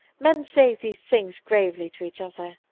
men say these things gravely to each other,